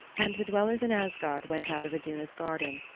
and the dwellers in asgard went out of iduna's garden,